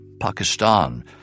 Pakistan